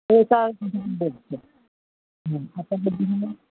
ওটার